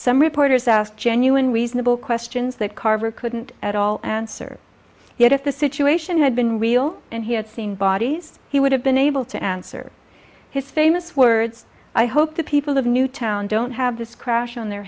some reporters asked genuine reasonable questions that carver couldn't at all answer yet if the situation had been real and he had seen bodies he would have been able to answer his famous words i hope the people of newtown don't have this crash on their